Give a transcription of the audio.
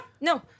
No